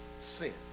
sin